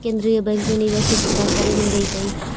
केन्द्रीय बैंक में निवेश की जानकारी मिल जतई